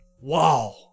wow